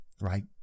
right